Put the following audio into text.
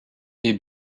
est